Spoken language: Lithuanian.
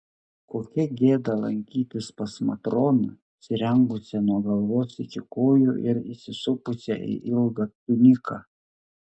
kokia gėda lankytis pas matroną apsirengusią nuo galvos iki kojų ir įsisupusią į ilgą tuniką